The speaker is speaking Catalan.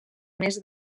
més